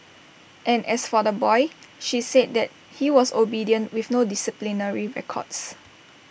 and as for the boy she said that he was obedient with no disciplinary records